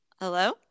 Hello